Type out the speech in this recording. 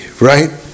Right